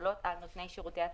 וחלות על נותני שירותי התשלום.